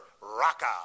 Raka